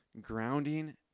Grounding